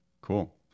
cool